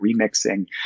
remixing